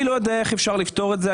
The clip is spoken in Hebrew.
אני לא יודע איך אפשר לפתור את זה.